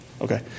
Okay